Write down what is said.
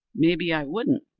maybe i wouldn't,